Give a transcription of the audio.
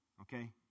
okay